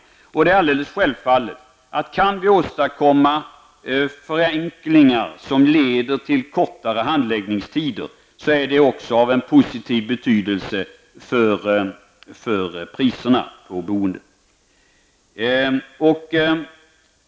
Om vi kan åstadkomma förenklingar som leder till kortare handläggningstider har det självfallet en positiv betydelse för priserna på boendet.